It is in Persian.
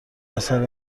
عسل